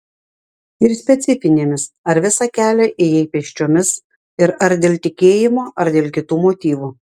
ir specifinėmis ar visą kelią ėjai pėsčiomis ir ar dėl tikėjimo ar dėl kitų motyvų